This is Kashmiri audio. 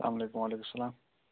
اَلسلامُ علیکُم وعلیکُم السلام